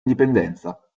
indipendenza